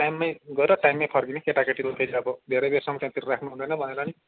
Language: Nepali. टाइममै गएर टाइममै फर्किने केटाकेटीहरू फेरि अब धेरैबेरसम्म त्यहाँतिर राख्नुहुँदैन भनेर नि